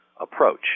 approach